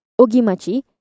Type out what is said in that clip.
Ogimachi